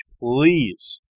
please